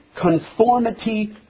conformity